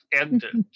ended